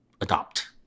adopt